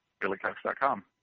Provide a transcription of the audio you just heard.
BillyCox.com